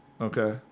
okay